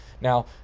Now